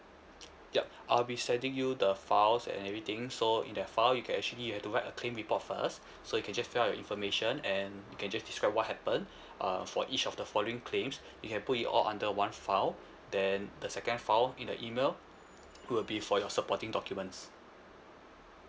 yup I'll be sending you the files and everything so in the file you can actually you have to write a claim report first so you can just fill up your information and you can just describe what happened uh for each of the following claims you can put it all under one file then the second file in the email would be for your supporting documents